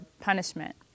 punishment